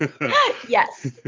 Yes